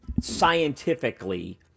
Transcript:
scientifically